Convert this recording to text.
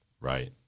right